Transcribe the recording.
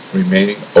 remaining